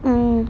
mm